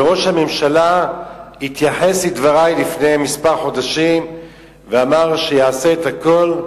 וראש הממשלה התייחס לדברי לפני כמה חודשים ואמר שיעשה את הכול,